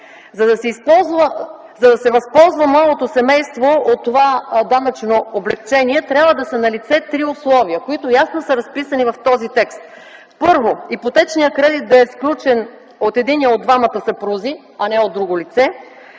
За да се възползва младото семейство от това данъчно облекчение, трябва да са налице три условия, които ясно са разписани в този текст: първо, ипотечният кредит да е сключен от единия от двамата съпрузи, а не от друго лице;